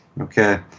Okay